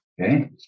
Okay